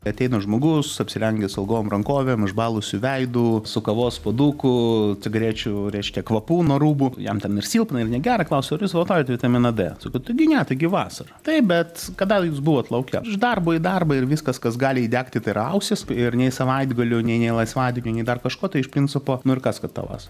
ateina žmogus apsirengęs ilgom rankovėm išbalusiu veidu su kavos puoduku cigarečių reiškia kvapu nuo rūbų jam ten ir silpna ir negera klausiu ar jūs vartojat vitaminą d sako taigi ne taigi vasara taip bet kada jūs buvot lauke iš darbo į darbą ir viskas kas gali įdegti tai yra ausys ir nei savaitgalių nei nei laisvadienių nei dar kažko iš principo nu ir kas kad ta vasara